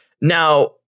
Now